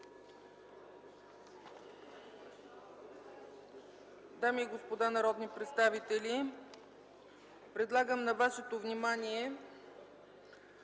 Дами и господа народни представители! Предлагам на Вашето внимание